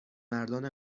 مردان